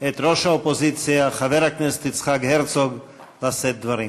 את ראש האופוזיציה חבר הכנסת יצחק הרצוג לשאת דברים.